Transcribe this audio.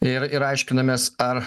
ir ir aiškinamės ar